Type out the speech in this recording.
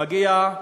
מגיע,